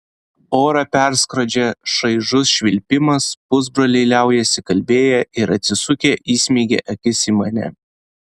orą perskrodžia šaižus švilpimas pusbroliai liaujasi kalbėję ir atsisukę įsmeigia akis į mane